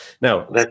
now